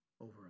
over